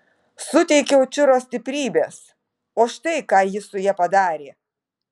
suteikiau čiro stiprybės o štai ką ji su ja padarė